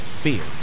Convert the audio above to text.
fear